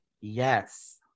Yes